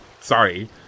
sorry